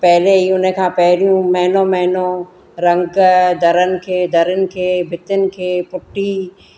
पहिले ई उन खां पहिरियूं महिनो महिनो रंगु दरनि खे दरनि खे भितीयुनि खे पुटी